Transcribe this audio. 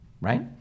Right